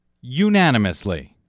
unanimously